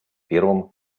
первом